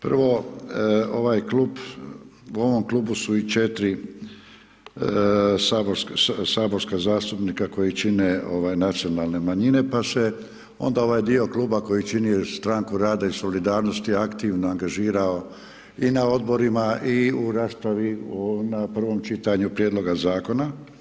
Prvo ovaj klub, u ovom klubu su i 4 saborska zastupnika koji čine nacionalne manjine, pa se onda ovaj dio Kluba koji čini stranku Rada i solidarnosti aktivno angažirao i na odborima i u raspravi na prvom čitanju prijedlogu zakona.